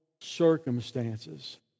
circumstances